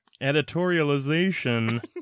Editorialization